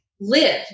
live